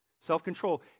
Self-control